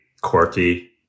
quirky